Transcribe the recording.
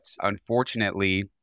unfortunately